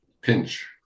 Pinch